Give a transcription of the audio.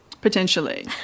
Potentially